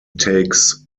takes